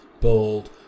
bold